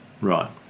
Right